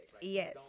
Yes